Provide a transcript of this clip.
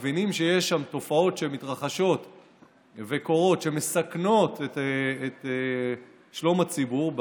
ומבינים שיש שם תופעות שמתרחשות וקורות שמסכנות את שלום הציבור.